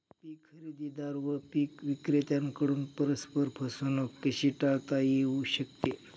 पीक खरेदीदार व पीक विक्रेत्यांकडून परस्पर फसवणूक कशी टाळता येऊ शकते?